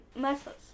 muscles